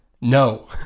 No